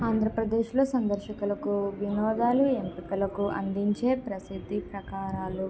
ఆంధ్రప్రదేశ్లో సందర్శకులకు వినోదాలు ఎంపికలకు అందించే ప్రసిద్ధి ప్రకారాలు